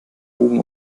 bogen